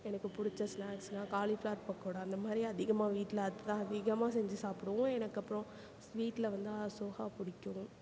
எனக்கு பிடிச்ச ஸ்னாக்ஸுனா காலிஃப்ளார் பக்கோடா அந்த மாதிரி அதிகமாக வீட்டில் அதான் அதிகமாக செஞ்சு சாப்பிடுவோம் எனக்கு அப்றம் ஸ்வீட்டில் வந்து அசோகா பிடிக்கும்